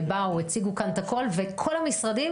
שבאו, הציגו כאן את הכל, וכל המשרדים